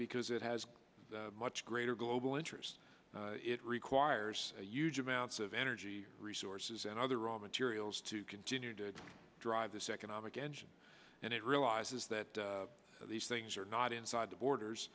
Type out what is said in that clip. because it has much greater global interest it requires huge amounts of energy resources and other raw materials to continue to drive this economic engine and it realizes that these things are not inside the borders